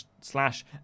slash